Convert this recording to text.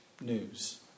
news